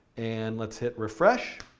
and let's hit refresh.